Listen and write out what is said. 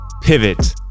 pivot